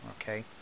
okay